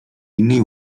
innej